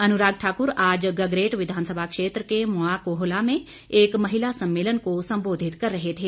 अनुराग ठाक्र आज गगरेट विधानसभा क्षेत्र के मवां कोहला में एक महिला सम्मेलन को संबोधित कर रहे थे